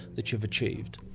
that you've achieved?